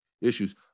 issues